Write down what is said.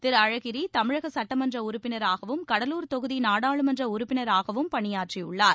திரு அழகிரி தமிழக சட்டமன்ற உறுப்பினராகவும் கடலூர் தொகுதி நாடாளுமன்ற உறுப்பினராகவும் பணியாற்றியுள்ளார்